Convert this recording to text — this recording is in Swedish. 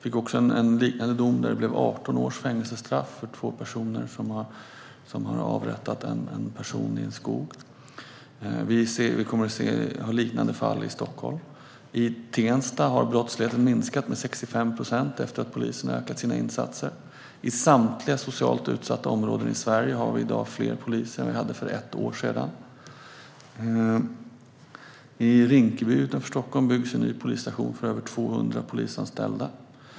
I en liknande dom blev det 18 års fängelsestraff för två personer som avrättat en person i en skog. Och vi har liknande fall i Stockholm. I Tensta har brottsligheten minskat med 65 procent efter att polisen har ökat sina insatser. I samtliga socialt utsatta områden i Sverige har vi i dag fler poliser än för ett år sedan. Och i Rinkeby utanför Stockholm byggs en ny polisstation för över 200 polisanställda.